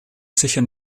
sicher